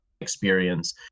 experience